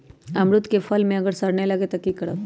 अमरुद क फल म अगर सरने लगे तब की करब?